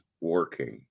working